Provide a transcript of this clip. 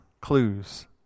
clues